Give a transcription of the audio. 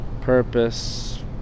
Purpose